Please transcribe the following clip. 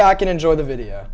back and enjoy the video